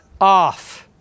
off